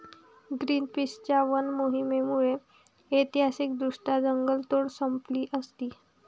ग्रीनपीसच्या वन मोहिमेमुळे ऐतिहासिकदृष्ट्या जंगलतोड संपली असती